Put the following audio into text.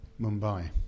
Mumbai